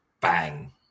bang